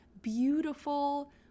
beautiful